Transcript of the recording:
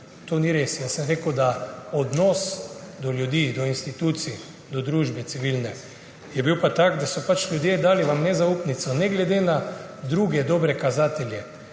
To ni res. Jaz sem rekel, da odnos do ljudi, do institucij, do civilne družbe, je bil pa tak, da so vam ljudje dali nezaupnico, ne glede na druge dobre kazatelje.